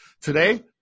Today